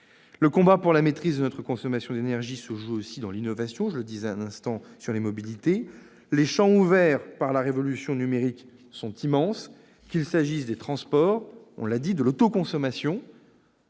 Le combat pour la maîtrise de notre consommation d'énergie se joue aussi dans l'innovation- je le disais à l'instant s'agissant des mobilités. Les champs ouverts par la révolution numérique sont immenses, qu'il s'agisse des transports- nous l'avons dit -, de l'autoconsommation,